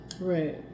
Right